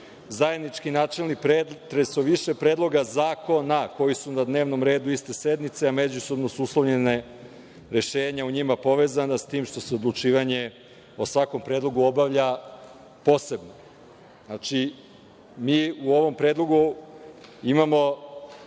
zajednički načelni pretres o više predloga zakona koji su na dnevnom redu iste sednice, a međusobno su uslovljena rešenja o njima povezana, s tim što se odlučivanje o svakom predlogu obavlja posebno. Znači, mi u ovom predlogu imamo